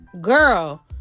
girl